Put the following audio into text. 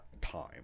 time